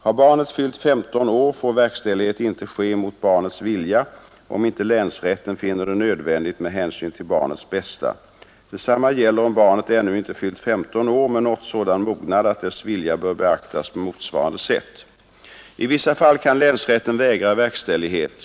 Har barnet fyllt 15 år får verkställighet inte ske mot barnets vilja om inte länsrätten finner det nödvändigt med hänsyn till barnets bästa. Detsamma gäller om barnet ännu inte fyllt 15 år men nått sådan mognad att dess vilja bör beaktas på motsvarande sätt. I vissa fall kan länsrätten vägra verkställighet.